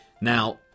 Now